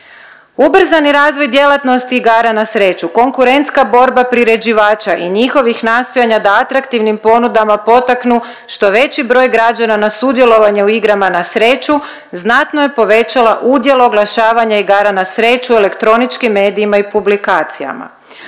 Ubrzani razvoj djelatnosti igara na sreću, konkurentska borba priređivača i njihovih nastojanja da atraktivnim ponudama potaknu što veći broj građana na sudjelovanje u igrama na sreću znatno je povećala udjel oglašavanja igara na sreću elektroničkim medijima i publikacijama.